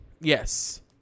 yes